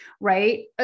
right